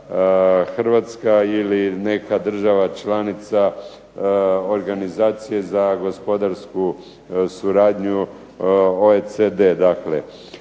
HRvatska ili neka država članica za organizacije za gospodarsku suradnju OECD.